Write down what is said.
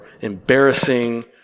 embarrassing